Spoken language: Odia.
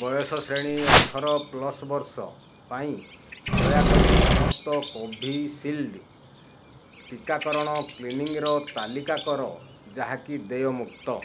ବୟସ ଶ୍ରେଣୀ ଅଠର ପ୍ଲସ୍ ବର୍ଷ ପାଇଁ ଦୟାକରି ସମସ୍ତ କୋଭିଶିଲ୍ଡ୍ ଟିକାକରଣ କ୍ଲିନିକ୍ର ତାଲିକା କର ଯାହାକି ଦେୟମୁକ୍ତ